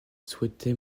souhaitait